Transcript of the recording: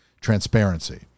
transparency